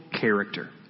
character